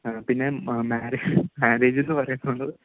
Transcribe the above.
ആ പിന്നെ മാരേജെന്നു പറയുന്നത്